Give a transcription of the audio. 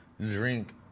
Drink